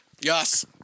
Yes